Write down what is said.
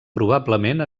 probablement